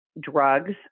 drugs